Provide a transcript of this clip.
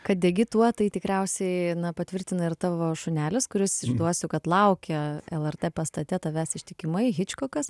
kad degi tuo tai tikriausiai patvirtina ir tavo šunelis kuris išduosiu kad laukia lrt pastate tavęs ištikimai hičkokas